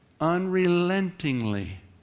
unrelentingly